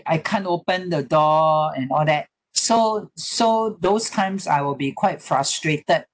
I can't open the door and all that so so those times I will be quite frustrated